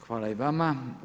Hvala i vama.